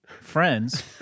friends